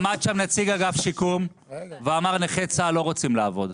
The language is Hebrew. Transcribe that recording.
עמד שם נציג אגף שיקום ואמר: נכי צה"ל לא רוצים לעבוד.